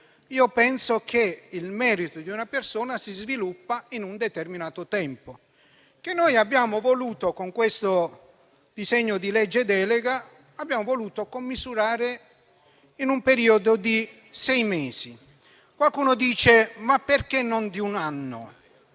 Io penso che il merito di una persona si sviluppi in un determinato tempo, che noi, con questo disegno di legge delega, abbiamo voluto commisurare in un periodo di sei mesi. Qualcuno dice: perché non di un anno?